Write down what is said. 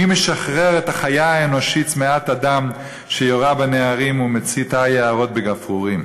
מי משחרר את החיה האנושית צמאת הדם שיורה בנערים ומציתה יערות בגפרורים?